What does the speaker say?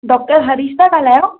doctor Harish था ॻाल्हायो